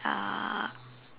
uh